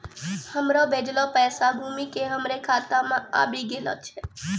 हमरो भेजलो पैसा घुमि के हमरे खाता मे आबि गेलो छै